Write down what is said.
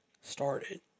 started